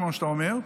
כמו שאתה אומר,